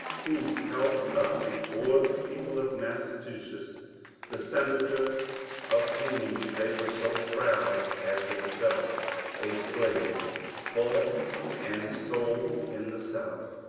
who held up before the people of massachusetts the senator of whom they were so proud as himself a slave bought and sold in the south.